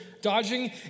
Dodging